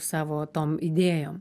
savo tom idėjom